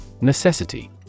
Necessity